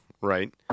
right